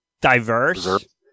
diverse